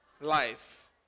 life